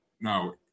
no